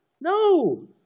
No